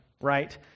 Right